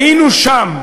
היינו שם.